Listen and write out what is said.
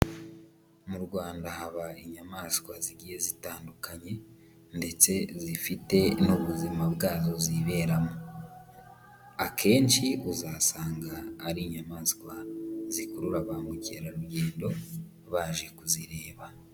Mu Rwanda haba inyamaswa zigiye zitandukanye, ndetse zifite n'ubuzima bwazo ziberamo. Akenshi uzasanga ari inyamaswa zikurura ba mukerarugendo baje kuzireba.